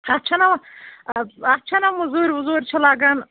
اَتھ چھَنا وَ اَتھ چھَنا مٔزوٗرۍ وُزوٗرۍ چھِ لگان